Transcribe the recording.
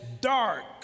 dark